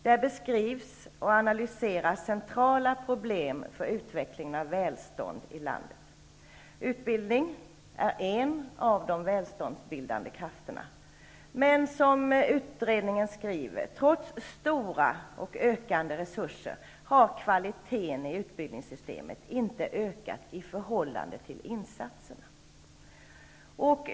Där beskrivs och analyseras centrala problem för utvecklingen av välstånd i landet. Utbildning är en av de välståndsbildande krafterna. Utredningen skriver att trots stora och ökande resurser har kvaliteten i utbildningssystemet inte ökat i förhållande till insatserna.